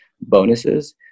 bonuses